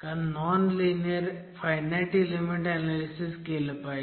का non linear finite element analysis केलं पाहिजे